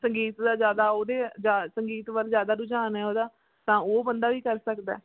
ਸੰਗੀਤ ਦਾ ਜ਼ਿਆਦਾ ਉਹਦੇ ਜਾਂ ਸੰਗੀਤ ਵੱਲ ਜ਼ਿਆਦਾ ਰੁਝਾਨ ਹੈ ਉਹਦਾ ਤਾਂ ਉਹ ਬੰਦਾ ਵੀ ਕਰ ਸਕਦਾ